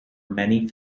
many